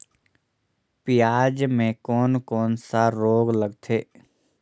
पियाज मे कोन कोन सा रोग लगथे?